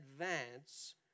advance